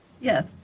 Yes